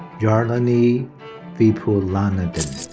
yarlini vipulanandan.